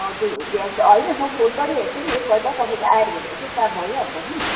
हजुर भ्याउँछ होइन म फोन गरिहेर्छु नि एकपल्ट तपाईँको आयो भने त के काम भइहाल्छ नि